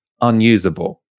unusable